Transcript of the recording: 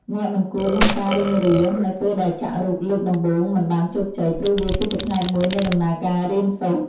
អ្នកមិនគួរមានការរុញរានៅពេលដែលចាក់រូបលើកដំបូងមិនបានជោគជ័យ ព្រោះវាគឺជាផ្នែកមួយនៃដំណើរការរៀនសូត្រ។